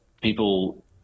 people